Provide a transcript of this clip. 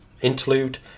interlude